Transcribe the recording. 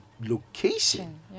location